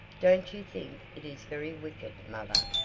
don't you think it is very wicked, mother,